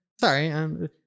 Sorry